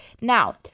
now